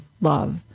love